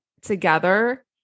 together